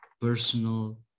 personal